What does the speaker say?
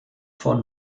von